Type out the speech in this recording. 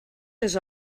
les